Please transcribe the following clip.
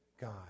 God